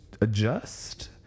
adjust